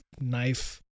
knife